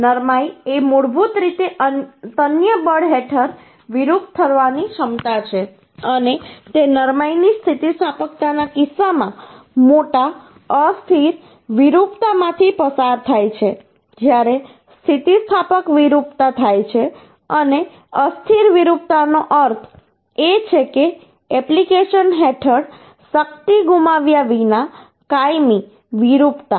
નરમાઈ એ મૂળભૂત રીતે તન્ય બળ હેઠળ વિરૂપ થવાની ક્ષમતા છે અને તે નરમાઈ ની સ્થિતિસ્થાપકતાના કિસ્સામાં મોટા અસ્થિર વિરૂપતામાંથી પસાર થાય છે જ્યારે સ્થિતિસ્થાપક વિરૂપતા થાય છે અને અસ્થિર વિરૂપતાનો અર્થ એ છે કે એપ્લિકેશન હેઠળ શક્તિ ગુમાવ્યા વિના કાયમી વિરૂપતા